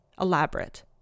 elaborate